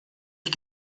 ich